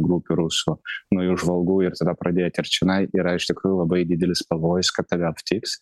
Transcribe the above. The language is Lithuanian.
grupių rusų naujų žvalgų ir tada pradėti ir čionai yra iš tikrųjų labai didelis pavojus kad tave aptiks